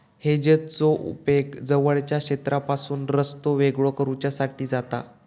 हेजेसचो उपेग जवळच्या क्षेत्रापासून रस्तो वेगळो करुच्यासाठी जाता